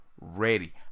ready